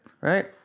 Right